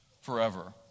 forever